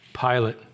Pilate